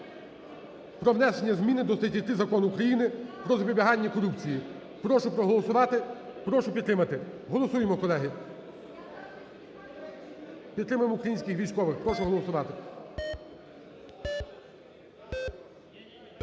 про внесення зміни до статті 3 Закону України "Про запобігання корупції". Прошу проголосувати. Прошу підтримати. Голосуємо, колеги, підтримаємо українських військових. Прошу голосувати.